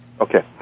Okay